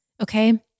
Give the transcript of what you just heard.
okay